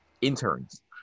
interns